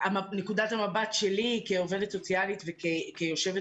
מנקודת המבט שלי כעובדת סוציאלית וכיושבת